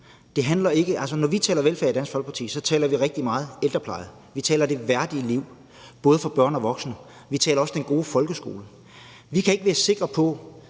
Når vi taler velfærd i Dansk Folkeparti, taler vi rigtig meget ældrepleje; vi taler det værdige liv, både for børn og voksne; vi taler også den gode folkeskole. Vi kan ikke være sikre på,